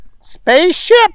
Spaceship